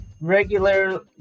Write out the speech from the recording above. regular